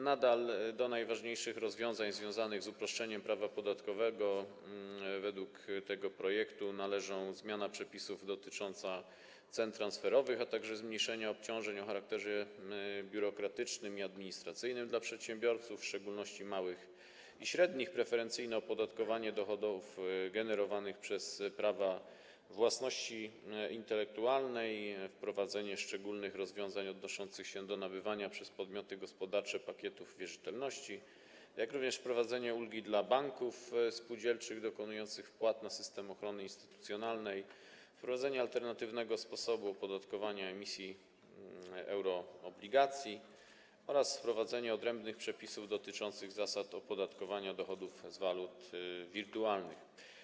Nadal do najważniejszych rozwiązań związanych z uproszczeniem prawa podatkowego według tego projektu należą: zmiana przepisów dotycząca cen transferowych, a także zmniejszenie obciążeń o charakterze biurokratycznym i administracyjnym dla przedsiębiorców, w szczególności małych i średnich, preferencyjne opodatkowanie dochodów generowanych przez prawa własności intelektualnej, wprowadzenie szczególnych rozwiązań odnoszących się do nabywania przez podmioty gospodarcze pakietów wierzytelności, jak również wprowadzenie ulgi dla banków spółdzielczych dokonujących wpłat na System Ochrony Instytucjonalnej, wprowadzenie alternatywnego sposobu opodatkowania emisji euroobligacji oraz wprowadzenie odrębnych przepisów dotyczących zasad opodatkowania dochodów z walut wirtualnych.